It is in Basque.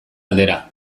aldera